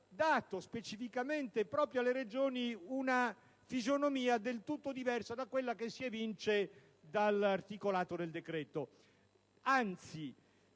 dato specificamente proprio alle Regioni una fisionomia del tutto diversa da quella che si evince dall'articolato del decreto-legge.